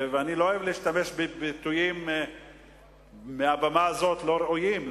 ואני לא אוהב להשתמש מעל הבמה הזאת בביטויים שלא ראויים,